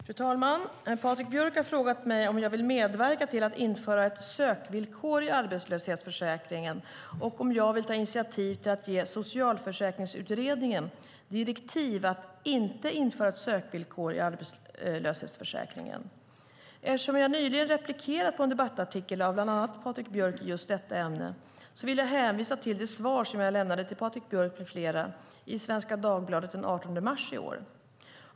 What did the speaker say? Fru talman! Patrik Björck har frågat mig om jag vill medverka till att införa ett sökvillkor i arbetslöshetsförsäkringen och om jag vill ta initiativ till att ge Socialförsäkringsutredningen direktiv att inte införa ett sökvillkor i arbetslöshetsförsäkringen. Eftersom jag nyligen replikerat på en debattartikel av bland annat Patrik Björck i just detta ämne vill jag hänvisa till det svar jag lämnade till Patrik Björck med flera i Svenska Dagbladet den 18 mars i år.